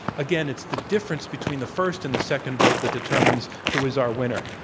again, it's the difference between the first and the second vote that determines who is our winner.